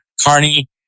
Carney